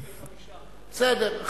35. בסדר.